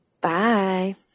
Bye